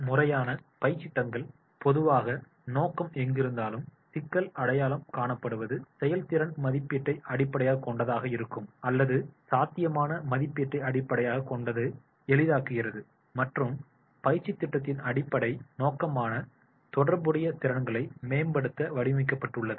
முறையான பயிற்சித் திட்டங்கள் பொதுவாக நோக்கம் எங்கிருந்தாலும் சிக்கல் அடையாளம் காணப்படுவது செயல்திறன் மதிப்பீட்டை அடிப்படையாகக் கொண்டதாக இருக்கும் அல்லது சாத்தியமான மதிப்பீட்டை அடிப்படையாகக் கொண்டு எளிதாக்குகிறது மற்றும் பயிற்சித் திட்டத்தின் அடிப்படை நோக்கமான தொடர்புடைய திறன்களையும் மேம்படுத்த வடிவமைக்கப்பட்டுள்ளது